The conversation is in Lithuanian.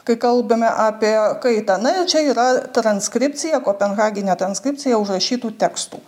kai kalbame apie kaitą na ir čia yra transkripcija kopenhaginė transkripcija užrašytų tekstų